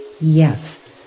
Yes